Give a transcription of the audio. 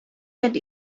that